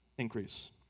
increase